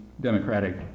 democratic